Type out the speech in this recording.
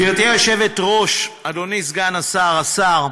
גברתי היושבת-ראש, אדוני סגן השר, השר,